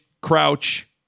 Crouch